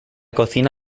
cocina